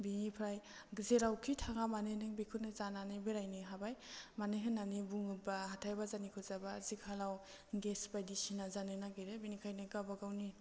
बिनिफ्राय जेरावखि थाङा मानो नों बेखौनो जानानै बेरायनो हाबाय मानो होन्नानै बुङोबा हाथाय बाजारनिखौ जाबा आजिखालाव गेस बायदिसिना जानो नागिरो बिनिखायनो गाबागावनि